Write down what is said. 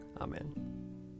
Amen